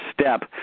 step